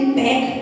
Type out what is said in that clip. back